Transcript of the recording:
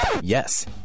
Yes